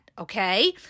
okay